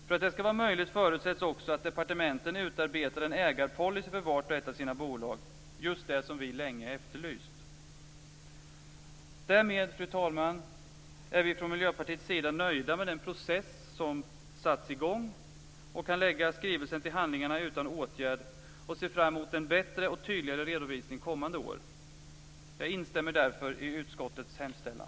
För att det skall vara möjligt förutsätts också att departementen utarbetar en ägarpolicy för vart och ett av sina bolag, just det som vi länge efterlyst. Därmed, fru talman, är vi från Miljöpartiets sida nöjda med den process som satts i gång. Vi kan lägga skrivelsen till handlingarna utan åtgärd och se fram emot en bättre och tydligare redovisning kommande år. Jag instämmer därför i utskottets hemställan.